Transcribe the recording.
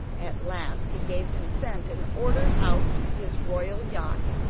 at last he gave consent, and ordered out his royal yacht,